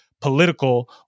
political